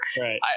Right